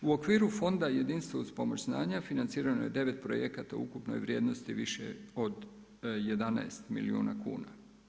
U okviru fonda jedinstvo uz pomoć znanja financirano je 9 projekata u ukupnoj vrijednosti više od 11 milijuna kuna.